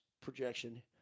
projection